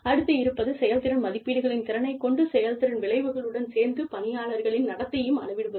அடுத்து இருப்பது செயல்திறன் மதிப்பீடுகளின் திறனைக் கொண்டு செயல்திறன் விளைவுகளுடன் சேர்த்து பணியாளர்களின் நடத்தைகளையும் அளவிடுவதாகும்